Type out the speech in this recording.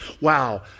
Wow